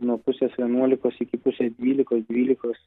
nuo pusės vienuolikos iki dvylikos dvylikos